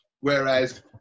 Whereas